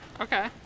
Okay